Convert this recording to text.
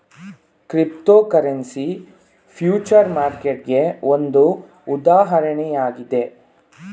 cryptocurrency future ಮಾರ್ಕೆಟ್ಗೆ ಒಂದು ಉದಾಹರಣೆಯಾಗಿದೆ